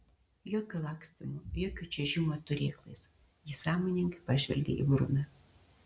jokio lakstymo jokio čiuožimo turėklais jis sąmoningai pažvelgė į bruną